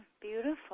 beautiful